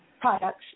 products